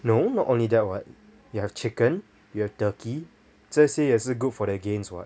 no not only that [what] you have chicken you have turkey 这些也是 good for the gains what